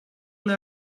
will